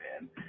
man